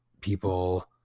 people